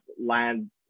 land